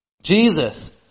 Jesus